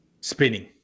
Spinning